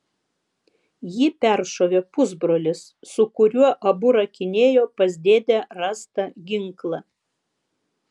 jį peršovė pusbrolis su kuriuo abu rakinėjo pas dėdę rastą ginklą